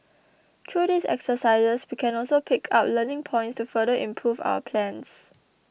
through these exercises we can also pick up learning points to further improve our plans